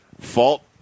fault